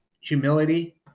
humility